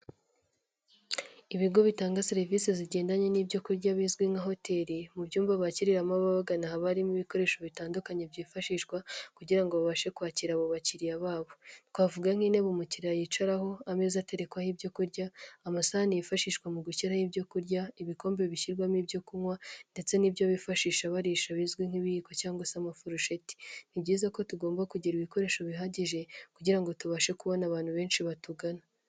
Ibigo bitanga serivisi zigendanye n'ibyo kurya bizwi nka hoteli, mu byumba bakiriramo babagana ha barimo ibikoresho bitandukanye byifashishwa kugira babashe kwakira abo bakiriya babo. Twavuga nk'intebe mukiriya yicaraho, ameza atekwaho ibyo kurya, amasahani yifashishwa mu gushyiraho ibyo kurya, ibikombe bishyirwamo ibyo kunywa, ndetse n'ibyo bifashisha barisha bizwi nk'ibiyiko cyangwa se amafirosheti. Ni byiza ko tugomba kugira ibikoresho bihagije kugira ngo tubashe kubona abantu benshi batugana.